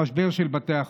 המשבר של בתי החולים.